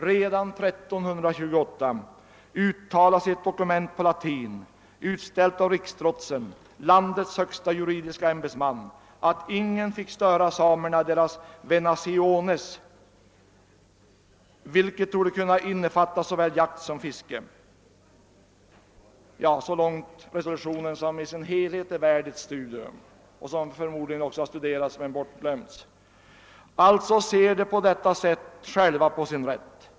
Redan 1328 uttalas i ett dokument på latin, utställt av riksdrotsen, landets högsta juridiska ämbetsman, att ingen fick störa samerna i deras ”venaciones', vilket torde kunna innefatta såväl jakt som fiske.» Denna resolution är värd ett studium i sin helhet. Den har förmodligen också studerats men glömts bort. Så ser samerna alltså själva på sin rätt.